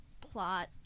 plot